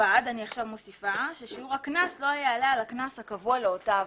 ובלבד ששיעור הקנס לא יעלה על הקנס הקבוע לאותה עבירה.